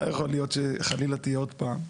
לא יכול להיות שחלילה תהיה עוד פעם.